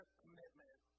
commitment